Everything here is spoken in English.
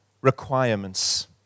requirements